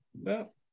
no